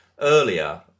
earlier